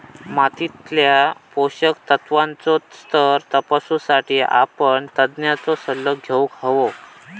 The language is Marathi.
मातीतल्या पोषक तत्त्वांचो स्तर तपासुसाठी आपण तज्ञांचो सल्लो घेउक हवो